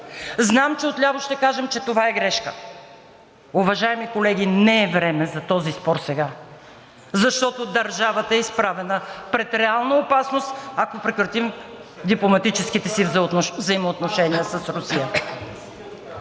Знам, че отляво ще кажем, че това е грешка. Уважаеми колеги, не е време за този спор сега, защото държавата е изправена пред реална опасност, ако прекратим дипломатическите си взаимоотношения с Русия.